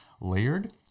layered